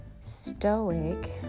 stoic